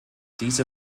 diese